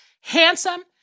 handsome